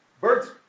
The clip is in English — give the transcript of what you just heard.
Birds